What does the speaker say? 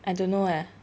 I don't know eh